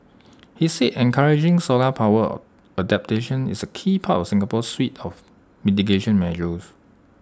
he said encouraging solar power adaptation is A key part of Singapore's suite of mitigation measures